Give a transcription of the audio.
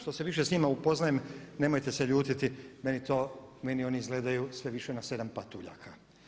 Što se više s njima upoznajem nemojte se ljutiti meni to, meni oni izgledaju sve više na 7 patuljaka.